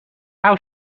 how